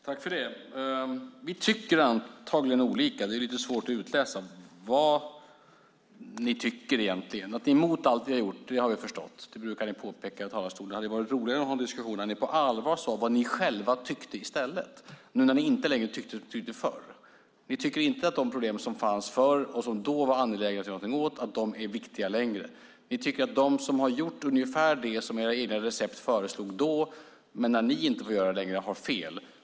Fru talman! Vi tycker antagligen olika. Det är lite svårt att utläsa vad ni egentligen tycker. Att ni är mot allt vi har gjort har jag förstått. Det brukar ni påpeka från talarstolen. Det hade varit roligare att ha en diskussion om ni på allvar sade vad ni själva tyckte i stället nu när ni inte längre tycker vad ni tyckte förr. Ni tycker inte att de problem som fanns förr och som det då var angeläget att göra någonting åt längre är viktiga. Ni tycker att de som har gjort ungefär det som ni i era recept föreslog då men som ni inte längre får göra har fel.